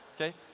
Okay